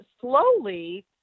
slowly